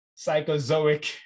psychozoic